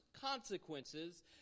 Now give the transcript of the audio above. consequences